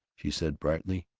she said brightly,